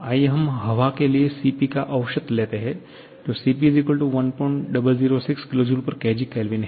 आइए हम हवा के लिए Cp का औसत लेते हैं Cp1006 kJkgK है